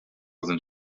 sind